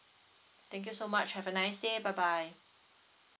thank you so much have a nice day bye bye